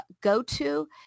go-to